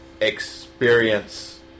experience